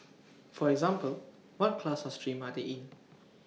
for example what class or stream are they in